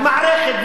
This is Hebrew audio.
זה מערכת,